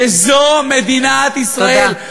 את המילה "מדינת ישראל".